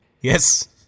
Yes